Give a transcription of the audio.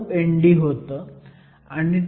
9 Nd होतं आणि Ti हे 1